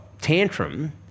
tantrum